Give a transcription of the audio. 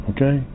Okay